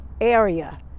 area